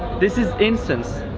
this is incense.